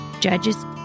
Judges